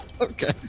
Okay